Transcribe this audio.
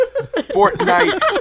Fortnite